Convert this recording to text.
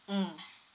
mm